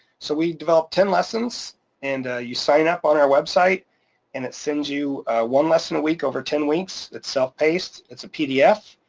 so we've developed ten lessons and you sign up on our website and it sends you one lesson a week over ten weeks. it's self paced. it's a pdf.